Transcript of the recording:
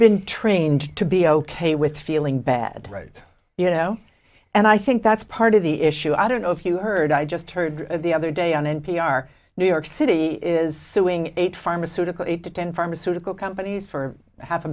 been trained to be ok with feeling bad right you know and i think that's part of the issue i don't know if you heard i just heard the other day on n p r new york city is suing eight pharmaceutical eight to ten pharmaceutical companies for half a